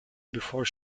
before